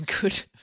good